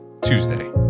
Tuesday